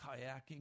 kayaking